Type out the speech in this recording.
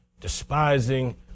despising